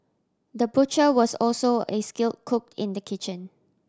the butcher was also a skill cook in the kitchen